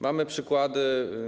Mamy przykłady.